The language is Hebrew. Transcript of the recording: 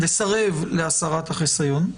לסרב להסרת החיסיון.